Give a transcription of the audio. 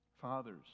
fathers